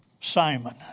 Simon